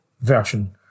version